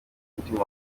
mutima